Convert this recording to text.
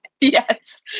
Yes